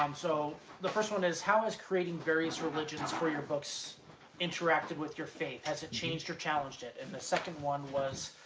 um so the first one is, how is creating various religions for your books interactive with your faith? has it changed or challenged it? and the second one was,